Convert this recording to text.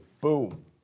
boom